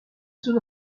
zone